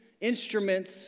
instruments